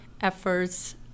efforts